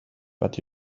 but